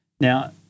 Now